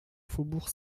faubourg